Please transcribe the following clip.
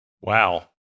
Wow